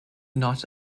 not